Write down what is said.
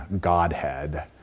Godhead